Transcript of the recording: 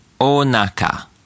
Onaka